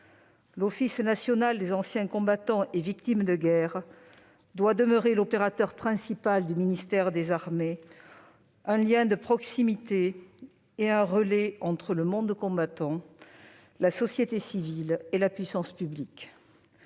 l'Office national des anciens combattants et victimes de guerre doit demeurer l'opérateur principal du ministère des armées, un lien de proximité et un relais entre le monde combattant, la société civile et la puissance publique.